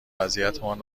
وضعیتمان